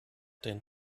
den